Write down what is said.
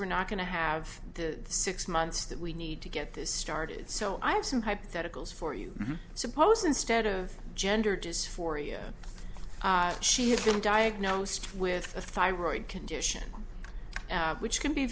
we're not going to have the six months that we need to get this started so i have some hypotheticals for you suppose instead of gender dysphoria she has been diagnosed with a thyroid condition which can be